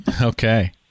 Okay